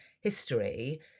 history